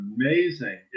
amazing